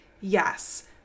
yes